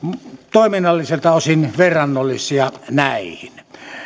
toiminnallisilta osin verrannollinen näihin